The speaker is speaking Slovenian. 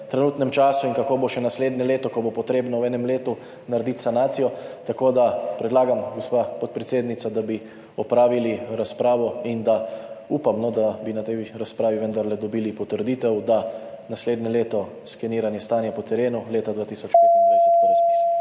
trenutnem času in kako bo še naslednje leto, ko bo treba v enem letu narediti sanacijo. Tako, da predlagam, gospa podpredsednica, da bi opravili razpravo in upam, da bi na tej razpravi vendarle dobili potrditev, da sledi naslednje leto skeniranje stanja po terenu, leta 2025 pa razpis.